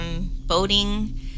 boating